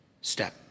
step